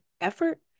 effort